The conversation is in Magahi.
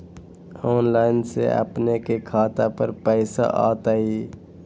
ऑनलाइन से अपने के खाता पर पैसा आ तई?